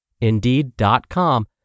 Indeed.com